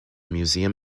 museum